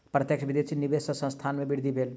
प्रत्यक्ष विदेशी निवेश सॅ संस्थान के वृद्धि भेल